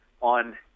on